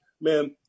man